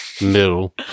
Middle